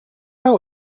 out